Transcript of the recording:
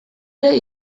ere